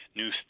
new